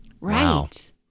Right